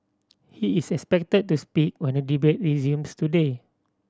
he is expected to speak when the debate resumes today